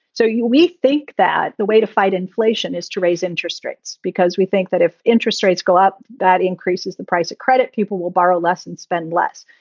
so we think that the way to fight inflation is to raise interest rates because we think that if interest rates go up, that increases the price at credit, people will borrow less and spend less.